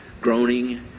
groaning